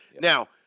Now